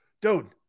Dude